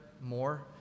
more